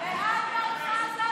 אחת.